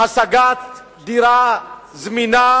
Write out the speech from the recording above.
השגת דירה זמינה,